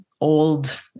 old